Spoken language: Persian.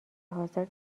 حاضر